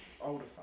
Older